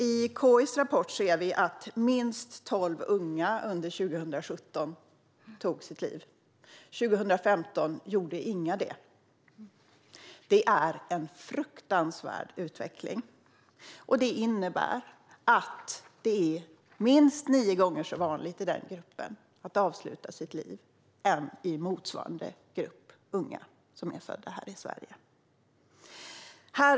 I KI:s rapport ser vi att minst tolv unga under 2017 tog sitt liv. År 2015 gjorde inga det. Det är en fruktansvärd utveckling, och detta innebär att det är minst nio gånger så vanligt att avsluta sitt liv i den gruppen som i motsvarande grupp unga som är födda här i Sverige.